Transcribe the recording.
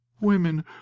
women